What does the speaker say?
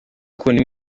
ukuntu